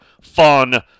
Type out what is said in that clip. fun